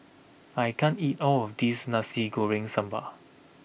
I can't eat all of this Nasi Goreng Sambal